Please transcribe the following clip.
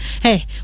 hey